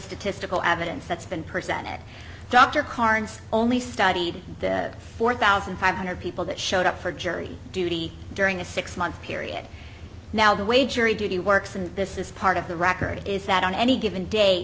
statistical evidence that's been presented dr carnes only studied the four thousand five hundred people that showed up for jury duty during a six month period now the way jury duty works and this is part of the record is that on any given day